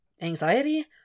Anxiety